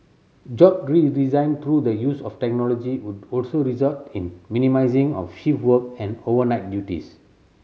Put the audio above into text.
job redesign through the use of technology would also result in minimising of shift work and overnight duties